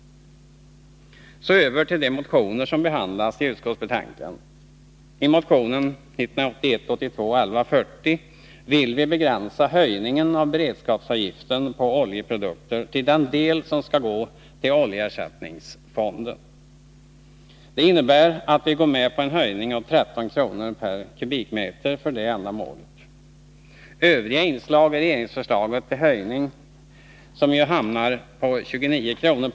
Så över till de motioner som behandlas i utskottsbetänkandet. I motion 1981/82:1140 vill vi begränsa höjningen av beredskapsavgiften på oljeprodukter till den del som skall gå till oljeersättningsfonden. Det innebär att vi går med på en höjning av 13 kr. per kubikmeter för det ändamålet. Övriga inslag i regeringens förslag till höjning, som ju hamnar på 29 kr.